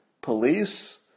police